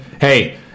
hey